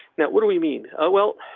now what do we mean? ah well,